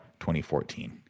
2014